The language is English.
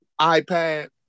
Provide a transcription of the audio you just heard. iPad